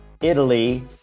Italy